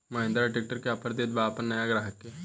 Mahindra tractor का offer देत बा अपना नया ग्राहक के?